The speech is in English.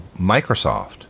Microsoft